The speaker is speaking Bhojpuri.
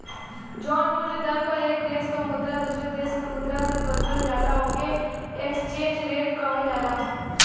जौन मूल्य दर पर एक देश क मुद्रा दूसरे देश क मुद्रा से बदलल जाला ओके एक्सचेंज रेट कहल जाला